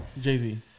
Jay-Z